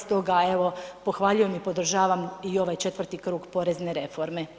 Stoga evo pohvaljujem i podržavam i ovaj 4. krug porezne reforme.